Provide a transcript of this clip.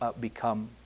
become